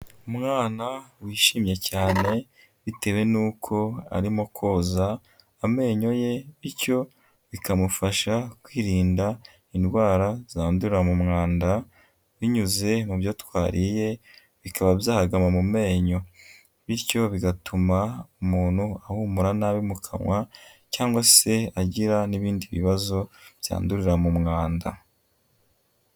Umwana wishimye cyane bitewe n'uko arimo koza amenyo ye bityo bikamufasha kwirinda indwara zandurira mu mwanda, binyuze mu myitwariye bikaba byahagama mu menyo, bityo bigatuma umuntu ahumura nabi mu kanwa cyangwa se agira n'ibindi bibazo byandurira mu mwanda.